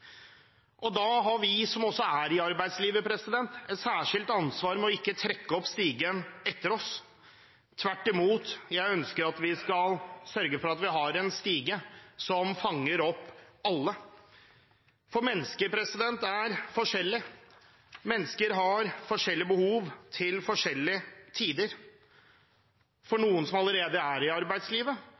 smal. Da har vi som er i arbeidslivet, et særskilt ansvar med ikke å trekke opp stigen etter oss – tvert imot, jeg ønsker at vi skal sørge for at vi har en stige som fanger opp alle. For mennesker er forskjellige, mennesker har forskjellige behov til forskjellige tider. For noen som allerede er i arbeidslivet,